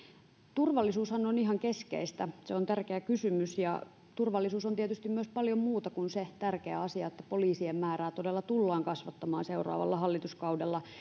turvallisuushan on ihan keskeistä se on tärkeä kysymys ja turvallisuus on tietysti myös paljon muuta kuin se tärkeä asia että poliisien määrää todella tullaan kasvattamaan seuraavalla hallituskaudella